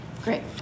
Great